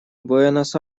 буэнос